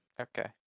Okay